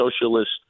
socialist